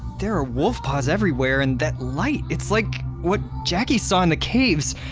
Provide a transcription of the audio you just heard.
there're wolf paws everywhere. and that light, it's like what jacki saw in the caves.